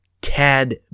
Cad